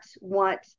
want